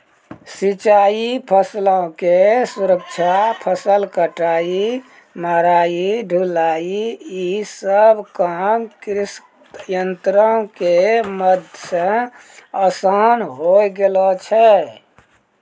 सिंचाई, फसलो के सुरक्षा, फसल कटाई, मढ़ाई, ढुलाई इ सभ काम कृषियंत्रो के मदत से असान होय गेलो छै